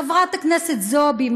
חברת הכנסת זועבי,